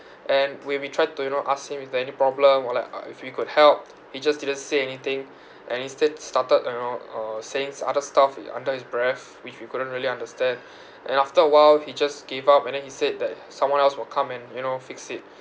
and we we try to you know ask him is there any problem or like uh if we could help he just didn't say anything and instead started you know uh sayings other stuff i~ under his breath which we couldn't really understand and after a while he just gave up and then he said that someone else will come and you know fix it